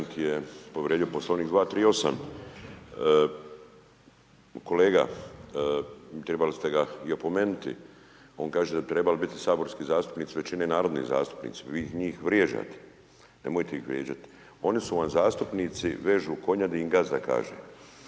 je povrijedio Poslovnik 238., kolega trebali ste ga i opomenuti, on kaže da bi trebali bit saborski zastupnici većine narodni zastupnici, vi njih vrijeđate, nemojte ih vrijeđat, oni su vam zastupnici vežu konja gdi im gazda kaže,